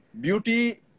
beauty